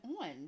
on